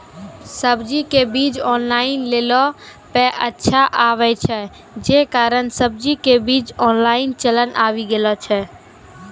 सब्जी के बीज ऑनलाइन लेला पे अच्छा आवे छै, जे कारण सब्जी के बीज ऑनलाइन चलन आवी गेलौ छै?